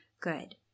good